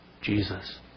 Jesus